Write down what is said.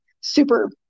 super